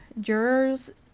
jurors